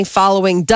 following